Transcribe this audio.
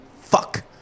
fuck